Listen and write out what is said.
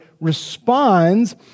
responds